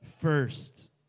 first